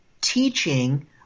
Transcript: teaching